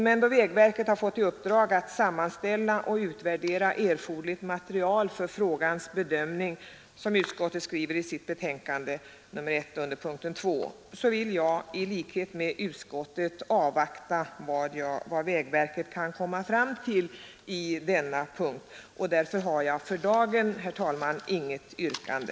Men då vägverket har fått i uppdrag att sammanställa och utvärdera erforderligt material för frågans bedömning, som utskottet skriver under punkten 2 i sitt betänkande nr 1, vill jag i likhet med utskottet avvakta vad vägverket kan komma fram till, och därför har jag för dagen, herr talman, inget yrkande.